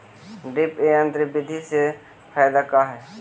Drip तन्त्र बिधि के फायदा का है?